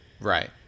Right